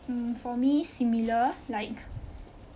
mm for me similar like